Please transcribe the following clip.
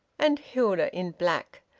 and hilda in black,